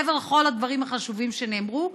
מעבר לכל הדברים החשובים שנאמרו.